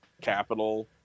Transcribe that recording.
capital